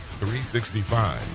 365